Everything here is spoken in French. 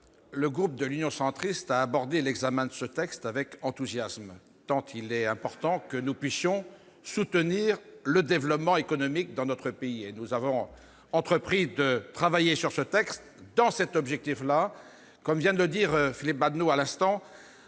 le groupe Union Centriste a abordé l'examen de ce texte avec enthousiasme, tant il est important que nous puissions soutenir le développement économique de notre pays. Nous avons entrepris de travailler sur ce texte dans cet esprit et, comme vient de le dire Philippe Adnot à l'instant,